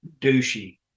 douchey